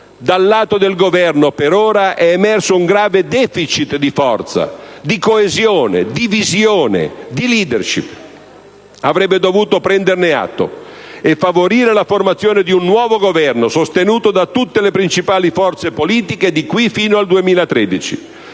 Dal lato del Governo, per ora, è emerso un grave *deficit* di forza, di coesione, di visione, di *leadership*. Avrebbe dovuto prenderne atto e favorire la formazione di un nuovo Governo, sostenuto da tutte le principali forze politiche, di qui fino al 2013.